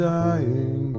dying